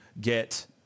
get